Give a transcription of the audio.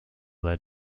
led